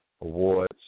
Awards